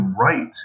right